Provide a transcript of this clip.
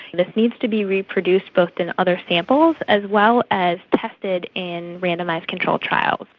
this needs to be reproduced both in other samples as well as tested in randomised controlled trials.